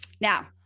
Now